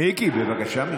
מיקי, בבקשה ממך.